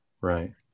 Right